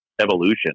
evolution